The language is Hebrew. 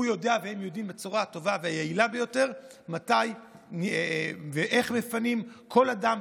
הוא יודע והם יודעים בצורה הטובה והיעילה ביותר מתי ואיך מפנים כל אדם,